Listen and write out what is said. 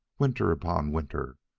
winter upon winter,